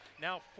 now